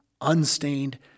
unstained